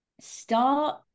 start